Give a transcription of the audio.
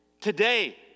today